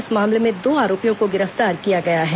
इस मामले में दो आरोपियों को गिरफ्तार किया गया है